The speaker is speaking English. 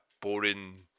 boring